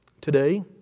Today